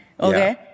Okay